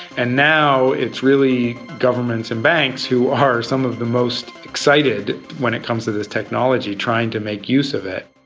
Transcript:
and now it's really governments and banks who are some of the most excited when it comes to this technology, trying to make use of it.